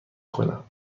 کنم